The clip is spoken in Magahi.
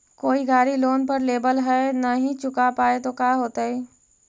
कोई गाड़ी लोन पर लेबल है नही चुका पाए तो का होतई?